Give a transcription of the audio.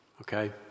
okay